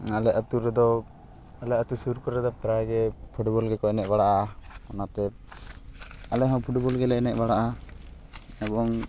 ᱟᱞᱮ ᱟᱛᱳ ᱨᱮᱫᱚ ᱟᱞᱮ ᱟᱛᱳ ᱥᱩᱨ ᱠᱚᱨᱮ ᱫᱚ ᱯᱨᱟᱭ ᱜᱮ ᱯᱷᱩᱴᱵᱚᱞ ᱜᱮᱠᱚ ᱮᱱᱮᱡ ᱵᱟᱲᱟᱜᱼᱟ ᱚᱱᱟᱛᱮ ᱟᱞᱮ ᱦᱚᱸ ᱯᱷᱩᱴᱵᱚᱞ ᱜᱮᱞᱮ ᱮᱱᱮᱡᱵᱟᱲᱟᱜᱼᱟ ᱮᱵᱚᱝ